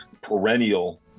perennial